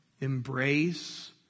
Embrace